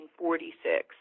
1946